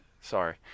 Sorry